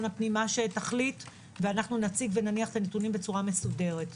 הפנים ונניח את הנתונים בצורה מסודרת.